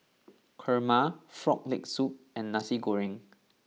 Kurma Frog Leg Soup and Nasi Goreng